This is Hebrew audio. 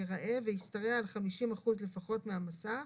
ייראה וישתרע על 50% לפחות מהמסך,